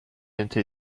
into